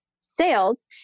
sales